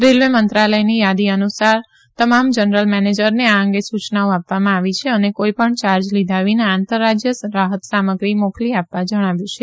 railway મંત્રાલયની થાદી અનુસાર તમામ જનરલ મેનેજરને આ અંગે સુયનાઓ આપવામાં આવી છે અને કોઈપણ યાર્જ લીધા વિના આંતરરાજ્ય રાહત સામગ્રી મોકલી આપવા જણાવ્યું છે